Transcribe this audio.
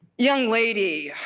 young lady,